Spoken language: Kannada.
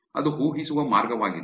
ಅದು ಊಹಿಸುವ ಮಾರ್ಗವಾಗಿದೆ